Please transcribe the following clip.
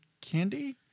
candy